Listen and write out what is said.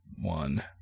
one